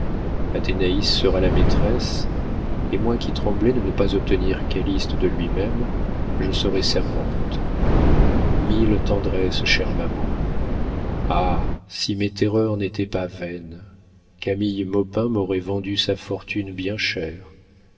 fleur précieuse athénaïs sera la maîtresse et moi qui tremblais de ne pas obtenir calyste de lui-même je serai servante mille tendresses chère maman ah si mes terreurs n'étaient pas vaines camille maupin m'aurait vendu sa fortune bien cher